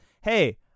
hey